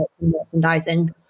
merchandising